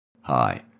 Hi